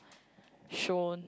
shown